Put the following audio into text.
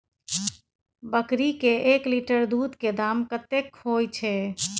बकरी के एक लीटर दूध के दाम कतेक होय छै?